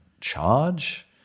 charge